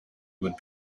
would